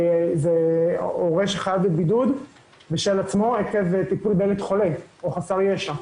זה הורה שחייב בבידוד בשל עצמו עקב טיפול בילד חולה או חסר ישע.